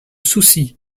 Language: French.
soucy